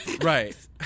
Right